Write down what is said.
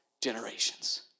generations